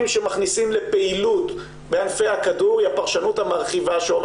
שמכניסים לפעילות בענפי הכדור היא הפרשנות המרחיבה,